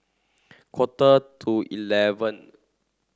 quarter to eleven